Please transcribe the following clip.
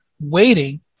waiting